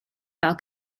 fel